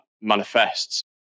manifests